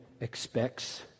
expects